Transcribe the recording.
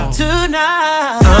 tonight